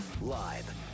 Live